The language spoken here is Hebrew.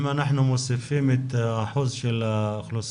אם אנחנו מוסיפים את האחוז של האוכלוסייה